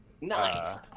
Nice